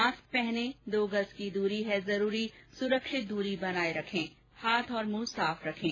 mask पहनें दो गज़ की दूरी है जरूरी सुरक्षित दूरी बनाए रखें हाथ और मुंह साफ रखें